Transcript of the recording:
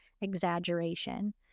exaggeration